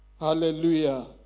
Hallelujah